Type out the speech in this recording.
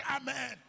Amen